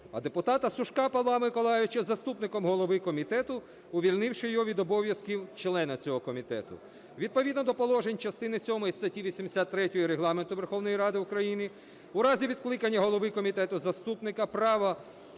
а депутата Сушка Павла Миколайовича заступником голови комітету, увільнивши його від обов'язків члена цього комітету. Відповідно до положень частини сьомої статті 83 Регламенту Верховної Ради України у разі відкликання голови комітету, заступника з